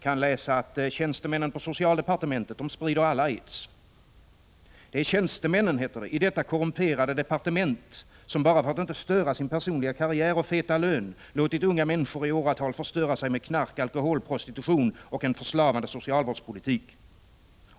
kan läsa: ”Tjänstemännen på socialdepartementet sprider alla aids. ——=— Det är tjänstemännen i detta korrumperade departement som, bara för att inte störa sin personliga karriär och feta lön, låtit unga människor i åratal förstöra sig med knark, alkohol, prostitution och en förslavande socialvårdspolitik ——-.